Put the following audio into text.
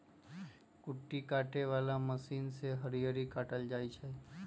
कुट्टी काटे बला मशीन से हरियरी काटल जाइ छै